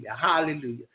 hallelujah